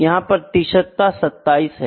यह प्रतिशतता 27 है